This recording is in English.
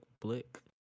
blick